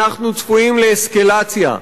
אנחנו צפויים לאסקלציה,